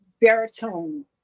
baritone